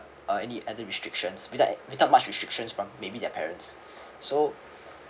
uh any added restrictions without without much restrictions from maybe their parents so